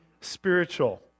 spiritual